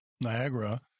Niagara